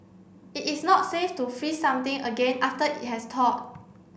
it is not safe to freeze something again after it has thawed